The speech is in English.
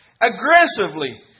aggressively